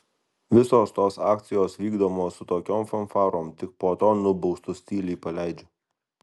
visos tos akcijos vykdomos su tokiom fanfarom tik po to nubaustus tyliai paleidžia